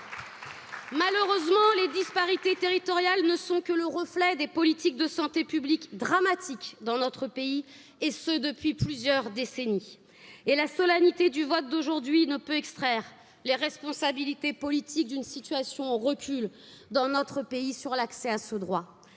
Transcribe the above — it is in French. malheureusement les disparités territoriales ne sont pas que le reflet des politiques de santé publique dramatiques dans notre pays, et ce depuis plusieurs décennies, et la solennité vote d'aujourd'hui ne peut extraire les responsabilités politiques d'une situation au recul dans notre pays sur l'accès à ce droit.